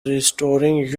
restoring